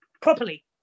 properly